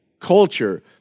culture